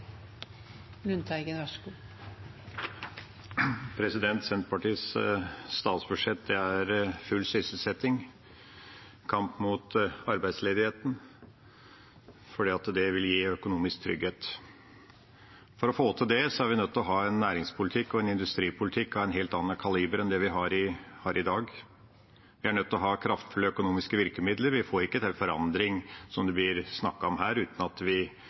full sysselsetting og kamp mot arbeidsledigheten, for det vil gi økonomisk trygghet. For å få til det er vi nødt til å ha en næringspolitikk og en industripolitikk av en helt annen kaliber enn det vi har i dag. Vi er nødt til å ha kraftfulle økonomiske virkemidler. Vi får ikke til en forandring som det blir snakket om her, uten at vi